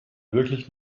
wirklich